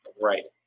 right